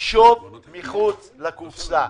לחשוב מחוץ לקופסה,